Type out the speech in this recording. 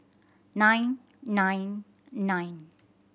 nine nine nine